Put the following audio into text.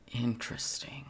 interesting